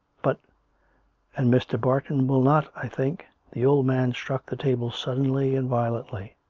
but and mr. barton will not, i think the old man struck the table suddenly and violently.